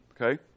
okay